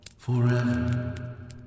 Forever